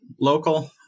local